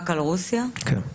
כן.